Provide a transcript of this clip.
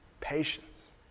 patience